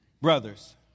brothers